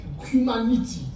humanity